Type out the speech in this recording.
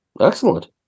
excellent